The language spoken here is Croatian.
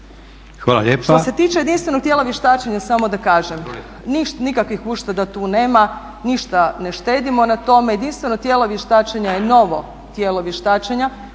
Hvala lijepa.